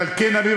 ועל כן,